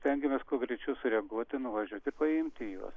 stengiamės kuo greičiau sureaguoti nuvažiuoti ir paimti juos